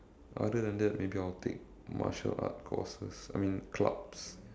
other than that maybe I will take martial art courses I mean clubs